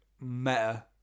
meta